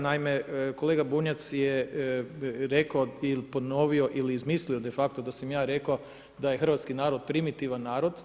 Naime, kolega Bunjac je rekao ili ponovio, ili izmislio de facto da sam ja rekao da je hrvatski narod primitivan narod.